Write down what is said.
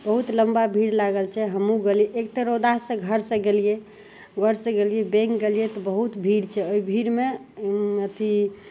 बहुत लम्बा भीड़ लागल छै हमहूँ गेलिए एक तऽ रौदासे घरसे गेलिए घरसे गेलिए बैँक गेलिए तऽ बहुत भीड़ छै ओहि भीड़मे अथी